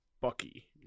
Bucky